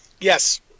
yes